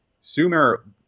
Sumer